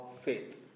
faith